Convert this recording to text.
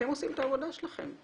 אתם עושים את העבודה שלכם,